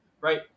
right